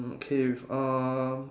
okay uh